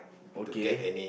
okay